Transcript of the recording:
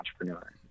entrepreneur